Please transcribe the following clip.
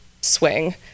swing